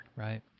Right